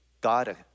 God